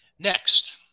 Next